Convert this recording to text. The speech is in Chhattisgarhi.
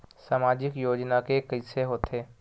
सामाजिक योजना के कइसे होथे?